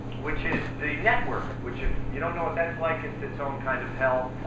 which is the network, which, if you don't know what that's like, it's its own kind of hell.